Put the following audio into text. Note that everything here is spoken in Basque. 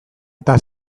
eta